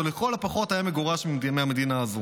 או לכל הפחות היה מגורש מהמדינה הזו.